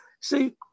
See